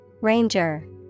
Ranger